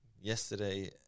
Yesterday